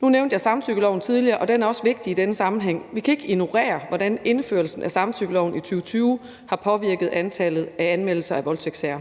Nu nævnte jeg samtykkeloven tidligere, og den er også vigtig i denne sammenhæng. Vi kan ikke ignorere, hvordan indførelsen af samtykkeloven i 2020 har påvirket antallet af anmeldelser af voldtægter.